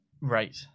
Right